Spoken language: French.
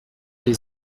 les